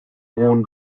worn